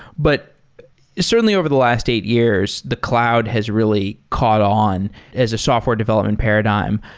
but certainly over the last eight years, the cloud has really caught on as a software development paradigm.